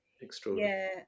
extraordinary